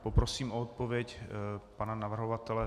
Poprosím o odpověď pana navrhovatele.